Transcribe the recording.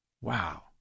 Wow